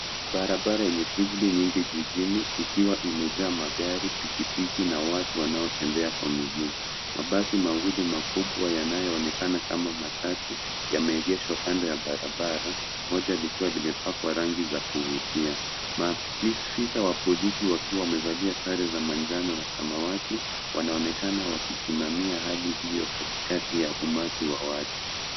Barabara yenye shughuli nyingi jijini ikiwa imejaa magari, pikipiki na watu wanaotembea na mkuu mabasi mawili makubwa yanayoonekana kama matatu yameekeshwa kando ya barabara moja likiwa limepakwa na rangi ya kufutia, maafiza wa polisi wakiwa wamevalia sare ya manchanjo na samawati ,wanaonekana wakisimamia hali hii ya umati wa watu